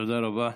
תודה רבה.